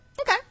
okay